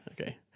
okay